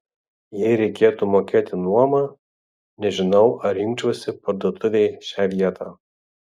jei reikėtų mokėti nuomą nežinau ar rinkčiausi parduotuvei šią vietą